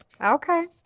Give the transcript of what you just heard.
Okay